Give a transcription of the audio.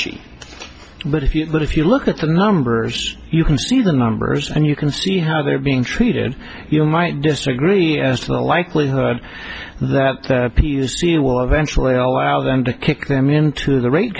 sheet but if you but if you look at the numbers you can see the numbers and you can see how they're being treated you might disagree as to the likelihood that the p c will eventually allow them to kick them into the ra